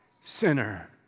Sinner